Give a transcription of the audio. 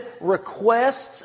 requests